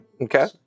Okay